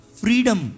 freedom